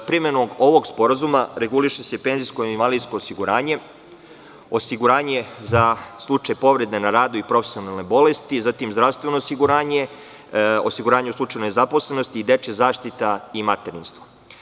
Primenom ovog sporazuma reguliše se penzijsko i invalidsko osiguranje, osiguranje za slučaj povrede na radu i profesionalne bolesti, zatim zdravstveno osiguranje, osiguranje u slučaju nezaposlenosti i dečija zaštita i materinstvo.